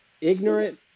ignorant